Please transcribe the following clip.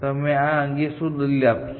તમે આ અંગે શું દલીલ આપશો